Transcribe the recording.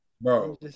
Bro